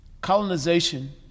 Colonization